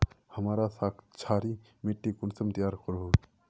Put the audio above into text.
हमार क्षारी मिट्टी कुंसम तैयार करोही?